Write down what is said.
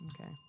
okay